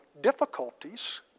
difficulties